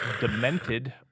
Demented